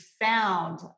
found